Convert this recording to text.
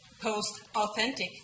post-authentic